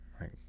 right